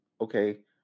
Okay